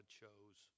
chose